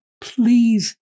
please